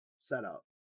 setup